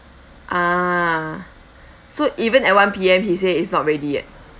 ah so even at one P_M he said he's not ready yet